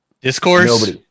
discourse